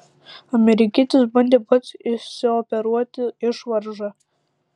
amerikietis bandė pats išsioperuoti išvaržą